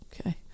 okay